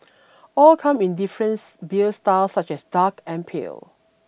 all come in difference beer styles such as dark and pale